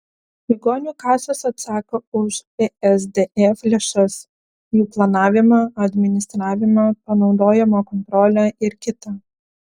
ligonių kasos atsako už psdf lėšas jų planavimą administravimą panaudojimo kontrolę ir kita